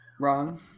Wrong